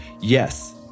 Yes